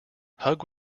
hug